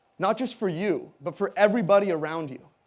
not just for you, but for everybody around you,